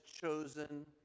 chosen